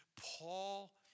Paul